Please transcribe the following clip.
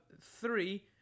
three